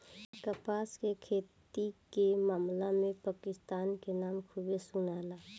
कपास के खेती के मामला में पाकिस्तान के नाम खूबे सुनाला